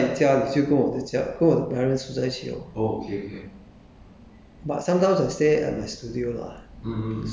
我跟我的家人如果我在家里就跟我的家跟我的 parents 住在一起 loh